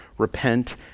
repent